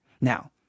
Now